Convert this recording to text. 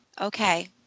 okay